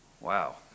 Wow